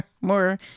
more